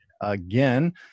again